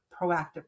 proactive